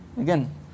Again